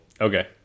Okay